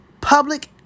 public